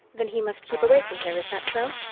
then he must keep away from here, is that so?